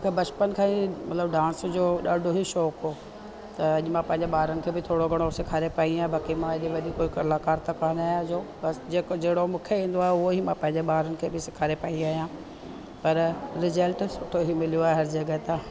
मूंखे बचपन खां ई मतिलबु डांस जो ॾाढो ई शौक़ु हुओ त अॼु मां पंहिंजे ॿारनि खे बि थोरो घणो सेखारे पई आहे बाक़ी मां एॾी वॾी कोई कलाकार त कोन आहियां जो बसि जेको जहिड़ो मूंखे ईंदो आहे उहो ई मां पंहिंजे ॿारनि खे बि सेखारे पई आहियां पर रिज़ल्ट सुठो ई मिलियो आहे हर जॻहि हितां